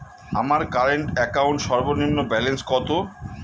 আমার current account সর্বনিম্ন balance কত?